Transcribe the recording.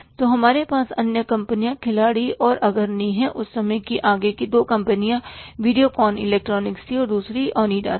तो हमारे पास अन्य कंपनियां खिलाड़ी और अग्रणी हैं उस समय की आगे की दो कंपनियां वीडियोकॉन इलेक्ट्रॉनिक्स थीं और दूसरी ओनिडा थी